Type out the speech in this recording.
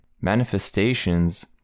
manifestations